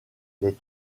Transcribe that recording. les